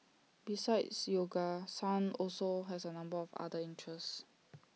besides yoga sun also has A number of other interests